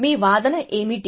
మీ వాదన ఏమిటి